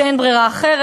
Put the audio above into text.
שאין ברירה אחרת,